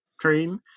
train